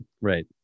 Right